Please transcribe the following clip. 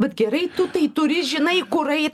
vat gerai tu tai turi žinai kur eit